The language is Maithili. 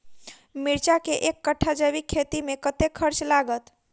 मिर्चा केँ एक कट्ठा जैविक खेती मे कतेक खर्च लागत?